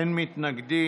אין מתנגדים.